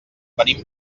venim